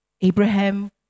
Abraham